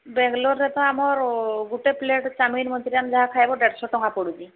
ବେଙ୍ଗଲୋରରେ ତ ଆମର ଗୁଟେ ପ୍ଲେଟ ଚାଓମିନ ମଞ୍ଚୁରିଆମ ଯାହା ଖାଇବ ଦେଢ଼ଶ ଟଙ୍କା ପଡ଼ୁଚି